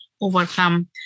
overcome